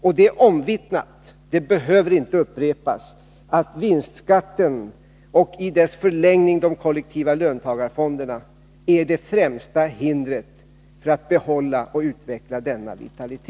Och det är omvittnat och behöver inte upprepas att vinstskatten — och i dess förlängning de kollektiva löntagarfonderna — är det främsta hindret för att behålla och utveckla denna vitalitet.